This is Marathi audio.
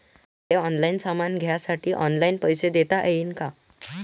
मले ऑनलाईन सामान घ्यासाठी ऑनलाईन पैसे देता येईन का?